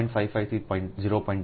90 પછી પંખા 0